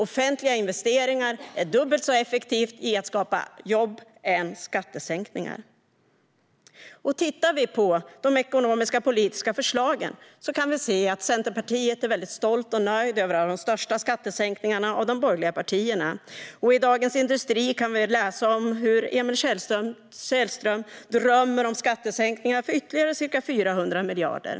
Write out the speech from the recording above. Offentliga investeringar är dubbelt så effektivt som skattesänkningar när det gäller att skapa jobb. Om vi tittar på de ekonomiska politiska förslagen kan vi se att Centerpartiet är stolta och nöjda över att ha de största skattesänkningarna av de borgerliga partierna. I Dagens industri kan vi läsa om hur Emil Källström drömmer om skattesänkningar med ytterligare ca 400 miljarder.